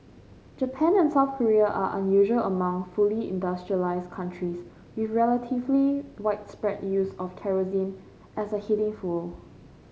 Japan and South Korea are unusual among fully industrialised countries with relatively widespread use of kerosene as a heating fuel